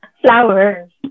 Flowers